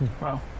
wow